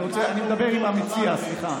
אני מדבר עם המציע, סליחה.